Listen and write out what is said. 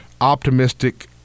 optimistic